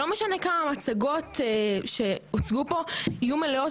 לא משנה כמה מצגות שהוצגו פה יהיו מלאות